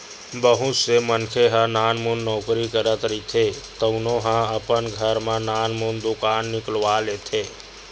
बहुत से मनखे ह नानमुन नउकरी करत रहिथे तउनो ह अपन घर म नानमुन दुकान निकलवा लेथे